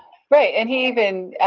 right, and he even,